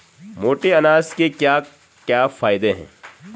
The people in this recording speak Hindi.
मोटे अनाज के क्या क्या फायदे हैं?